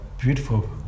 beautiful